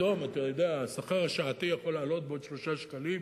פתאום השכר השעתי יכול לעלות בעוד 3 שקלים,